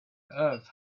earth